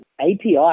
API